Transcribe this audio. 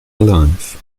alive